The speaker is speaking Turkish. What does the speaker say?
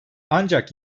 ancak